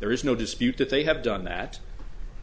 there is no dispute that they have done that